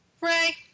Ray